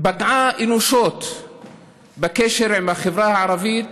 פגעה אנושות בקשר עם החברה הערבית